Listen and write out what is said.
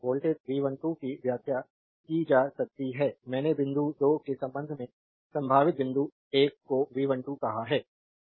voltage V12 की व्याख्या की जा सकती है मैंने बिंदु 2 के संबंध में संभावित बिंदु 1 को V12 कहा है